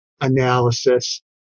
analysis